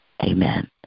Amen